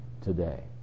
today